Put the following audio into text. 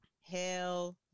Hell